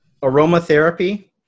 aromatherapy